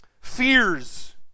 fears